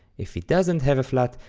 if it doesn't have a flat,